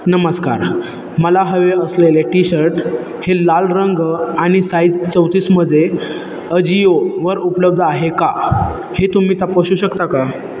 नमस्कार मला हवे असलेले टी शर्ट हे लाल रंग आणि साईज चौतीस मजे अजिओवर उपलब्ध आहे का हे तुम्ही तपासू शकता का